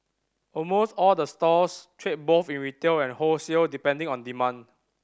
almost all the stores trade both in retail and wholesale depending on demand